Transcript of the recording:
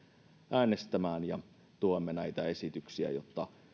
äänestämään tuemme näitä esityksiä jotta saadaan